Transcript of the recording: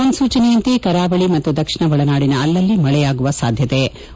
ಮುನ್ಸೂಚನೆಯಂತೆ ಕರಾವಳಿ ಮತ್ತು ದಕ್ಷಿಣ ಒಳನಾದಿನ ಅಲ್ಲಲ್ಲಿ ಮಳೆಯಾಗುವ ಸಾಧ್ಯತೆ ಇದೆ